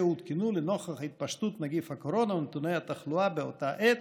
שהותקנו לנוכח התפשטות נגיף הקורונה ונתוני התחלואה באותה העת